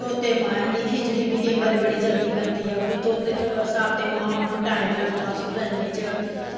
ते तोते इंदी खिचड़ी बी केईं बारी चलदी ते ओह्बी साबते मांह् होन ते उसी टाईम लगदा गलने च